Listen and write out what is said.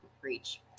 preach